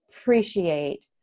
appreciate